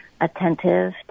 attentive